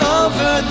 over